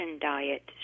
diet